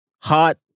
Hot